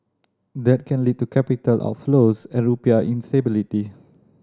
that can lead to capital outflows and rupiah instability